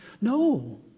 No